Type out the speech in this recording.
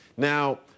Now